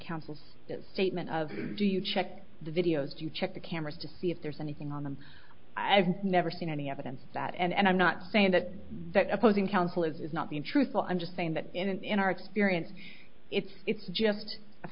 counsel's statement of do you check the videos you check the cameras to see if there's anything on them i've never seen any evidence that and i'm not saying that that opposing counsel is not being truthful i'm just saying that in our experience it's just a